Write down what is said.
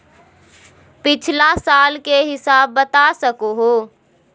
पिछला साल के हिसाब बता सको हो?